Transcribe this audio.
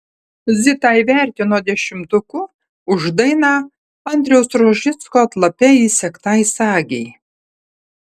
zitą įvertino dešimtuku už dainą andriaus rožicko atlape įsegtai sagei